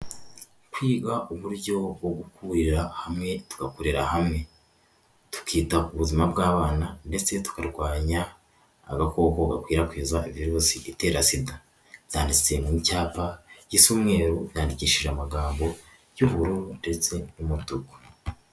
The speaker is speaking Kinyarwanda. Kwiga uburyo bwo gukuburira hamwe tugakorera hamwe tukita ku buzima bw'abana ndetse tukarwanya agakoko gakwirakwiza virusi itera Sida byanyanditse mu cyapa gisa umweru byandikishije amagambo y'ubururu ndetsete n'umutuku.